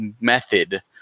method